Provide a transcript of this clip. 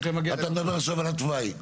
אתה מדבר עכשיו על התוואי.